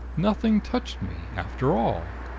nothing touched me, after all!